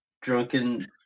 drunken